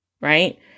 right